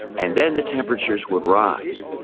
and then the temperatures would rise.